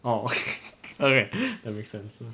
oh okay that makes sense